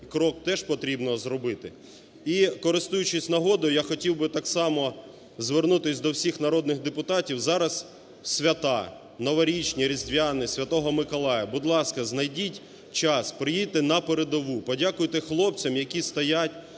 крок теж потрібно зробити? І, користуючись нагодою, я хотів би так само звернутись до всіх народних депутатів. Зараз свята, новорічні, Різдвяні, Святого Миколая. Будь ласка, знайдіть час, приїдьте на передову, подякуйте хлопцям, які стоять